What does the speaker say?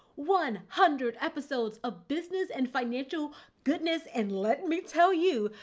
one hundred episodes of business and financial goodness, and let me tell you,